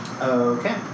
Okay